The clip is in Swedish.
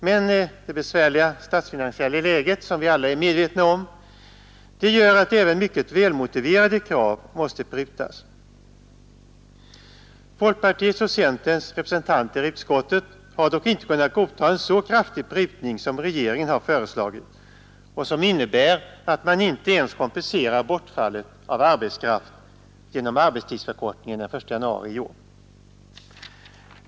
Men det besvärliga statsfinansiella läget, som vi alla är medvetna om, gör att även mycket välmotiverade krav måste prutas. Folkpartiets och centerns representanter i utskottet har dock inte kunnat godta en så kraftig prutning som regeringen föreslagit och som innebär att man inte ens kompenserar bortfallet av arbetskraft genom arbetstidsförkortningen den 1 januari i år.